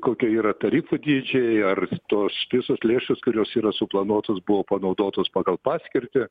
kokie yra tarifų dydžiai ar tos visos lėšos kurios yra suplanuotos buvo panaudotos pagal paskirtį